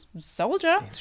soldier